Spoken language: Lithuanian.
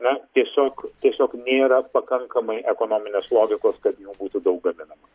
na tiesiog tiesiog nėra pakankamai ekonominės logikos kad jų būtų daug gaminama